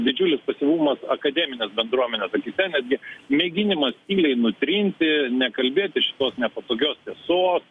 didžiulis pasyvumas akademinės bendruomenės akyse netgi mėginimas tyliai nutrinti nekalbėti iš nepatogios tiesos